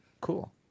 Cool